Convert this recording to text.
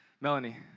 Melanie